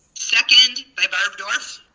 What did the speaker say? second, by barb dorff.